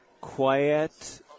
quiet